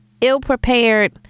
ill-prepared